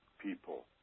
people